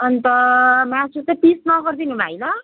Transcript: अन्त मासु चाहिँ पिस नगरिदिनु भाइ ल